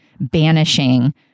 banishing